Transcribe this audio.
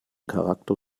charakter